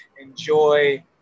enjoy